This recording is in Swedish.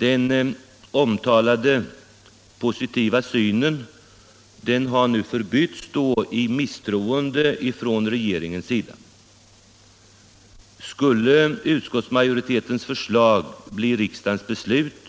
Den omtalade positiva synen har nu förbytts i misstroende från regeringens sida. Skulle utskottsmajoritetens förslag bli riksdagens beslut,